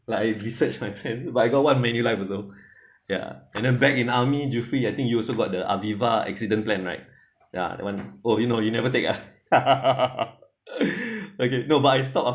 like I research my plans but I got one manulife also ya and then back in army zuffrie I think you also got the aviva accident plan right ya that one oh you no you never take ah okay but I stopped